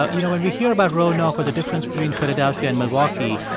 ah you know, when we hear about roanoke or the difference between philadelphia and milwaukee,